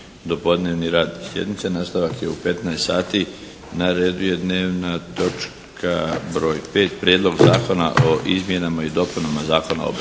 dopodnevni rad sjednice. Nastavak je u 15,00 sati. Na redu je dnevna točka broj 5, Prijedlog zakona o izmjenama i dopunama Zakona